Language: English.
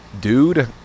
dude